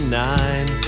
nine